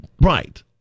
Right